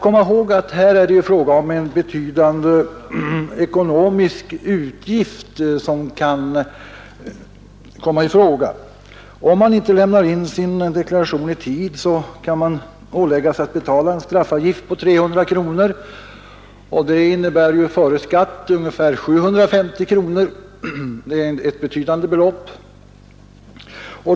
Om man inte lämnar in sin deklaration i tid, kan man åläggas betala en straffavgift på 300 kronor, och det innebär före skatt ungefär 750 kronor, ett betydande belopp.